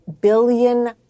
billion